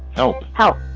help help.